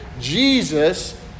Jesus